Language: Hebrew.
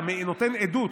אתה נותן עדות,